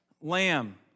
lamb